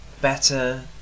better